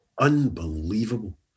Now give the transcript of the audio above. unbelievable